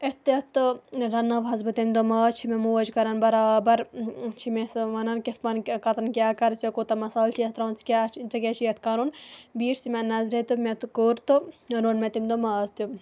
یُتھ تیُتھ تہٕ رننٲوہَس بہٕ تمہِ دۄہ ماز چھِ مےٚ موج کَران برابر چھِ مےٚ سۄ وَنان کِتھ پٲنۍ کیٛاہ کَتٮ۪ن کیٛاہ کَر ژےٚ کوتاہ مسالہٕ چھی اَتھ ترٛاوُن ژٕ کیٛاہ چھِ ژےٚ کیٛاہ چھِ اَتھ کَرُن بیٖٹھ سُہ مےٚ نظرِ تہٕ مےٚ تہِ کوٚر تہٕ روٚن مےٚ تمہِ دۄہ ماز تہِ